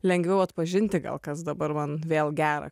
lengviau atpažinti gal kas dabar man vėl gera